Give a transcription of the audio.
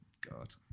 God